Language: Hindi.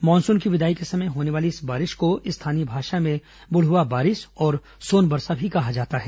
मानसून की विदाई के समय होने वाली इस बारिश को स्थानीय भाषा में बुढ़वा बारिस और सोनवरसा भी कहा जाता है